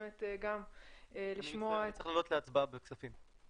אני צריך לעלות להצבעה בוועדת כספים.